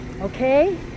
okay